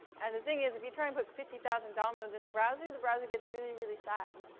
and the thing is, if you try and put fifty thousand dom nodes in the browser, the browser gets really, really sad.